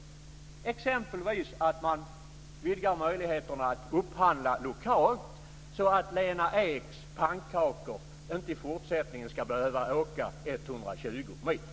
Det gäller exempelvis en utvidgning av möjligheterna att upphandla lokalt, så att Lena Eks pannkakor i fortsättningen inte behöver åka 120 mil.